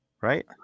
right